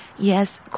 Yes